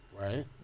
Right